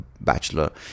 bachelor